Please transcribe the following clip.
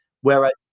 Whereas